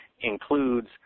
includes